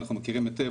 אנחנו מכירים היטב,